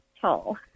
tall